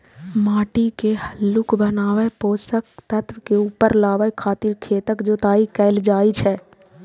माटि के हल्लुक बनाबै, पोषक तत्व के ऊपर लाबै खातिर खेतक जोताइ कैल जाइ छै